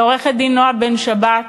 לעורכת-דין נועה בן-שבת,